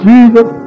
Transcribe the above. Jesus